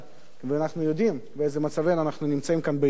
אנחנו יודעים באיזה מצבים אנחנו נמצאים כאן באזור,